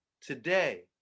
today